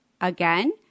again